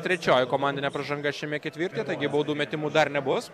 trečioji komandinė pražanga šiame ketvirtyje taigi baudų metimų dar nebus